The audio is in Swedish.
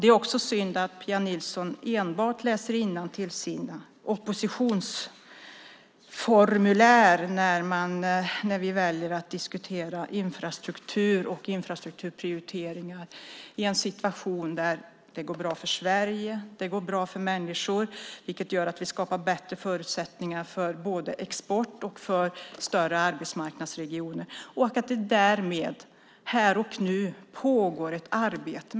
Det är också synd att Pia Nilsson enbart läser innantill ur sina oppositionsformulär när vi diskuterar infrastruktur och infrastrukturprioriteringar i en situation där det går bra för Sverige och går bra för människor, vilket skapar bättre förutsättningar för både export och större arbetsmarknadsregioner. Det pågår här och nu ett arbete.